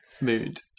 Mood